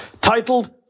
titled